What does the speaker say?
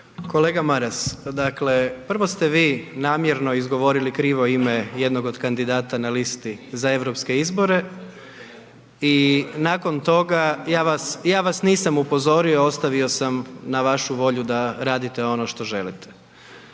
Kolega Maras, dakle, prvo ste vi namjerno izgovorili krivo ime jednog od kandidata na listi za europske izbore i nakon toga ja vas, ja vas nisam upozorio, ostavio sam na vašu volju da radite ono što želite.